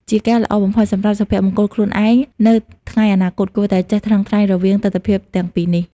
ជាការល្អបំផុតសម្រាប់សុភមង្គលខ្លួនឯងនៅថ្ងៃអនាគត គួរតែចេះថ្លឹងថ្លែងរវាងទិដ្ឋភាពទាំងពីរនេះ។